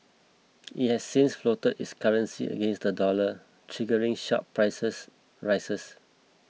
it has since floated its currency against the dollar triggering sharp prices rises